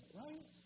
right